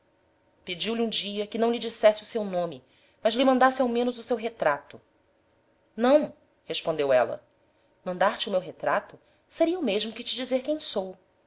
pediu-lhe um dia que não lhe dissesse o seu nome mas lhe mandasse ao menos o seu retrato não respondeu ela mandar-te o meu retrato seria o mesmo que te dizer quem sou